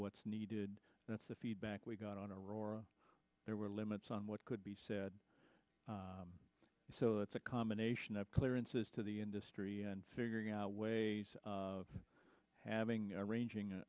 what's needed that's the feedback we got on a roar there were limits on what could be said so that's a combination of clearances to the industry and figuring out ways of having arranging